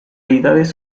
deidades